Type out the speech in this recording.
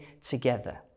together